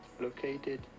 located